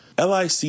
LIC